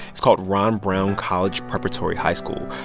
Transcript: it's called ron brown college preparatory high school.